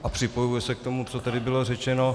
A připojuji se k tomu, co tady bylo řečeno.